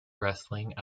wrestling